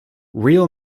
real